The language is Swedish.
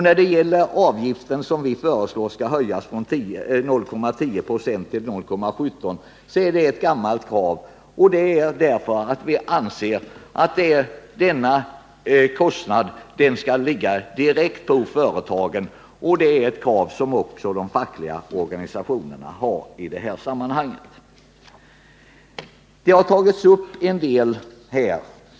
När vi föreslår att avgiften skall höjas från 0,10 till 0,17 96, då är det ett gammalt krav. Vi anser att denna kostnad skall ligga direkt på företagen. Det är ett krav som också de fackliga organisationerna har framfört. Det har tagits upp en hel del ting här i debatten.